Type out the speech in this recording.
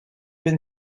been